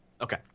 Okay